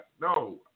No